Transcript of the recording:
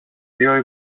δυο